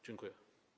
Dziękuję.